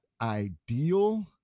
ideal